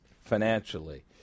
financially